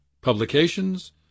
Publications